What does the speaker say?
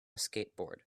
skateboard